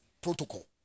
protocol